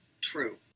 true